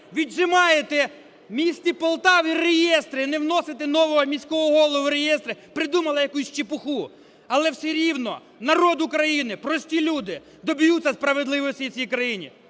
віджимаєте в місті Полтаві реєстри, не вносите нового міського голову в реєстри. Придумали якусь чепуху. Але все рівно народ України, прості люди доб'ються справедливості в цій країні.